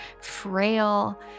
frail